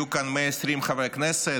יהיו כאן 120 חברי כנסת,